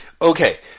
Okay